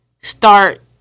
Start